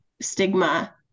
stigma